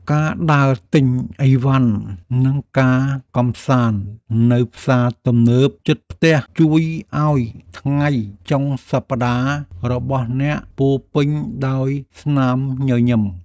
ការដើរទិញអីវ៉ាន់និងការកម្សាន្តនៅផ្សារទំនើបជិតផ្ទះជួយឱ្យថ្ងៃចុងសប្តាហ៍របស់អ្នកពោរពេញដោយស្នាមញញឹម។